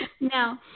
Now